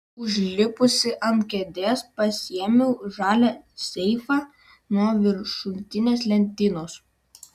užlipusi ant kėdės pasiėmiau žalią seifą nuo viršutinės lentynos